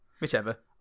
Whichever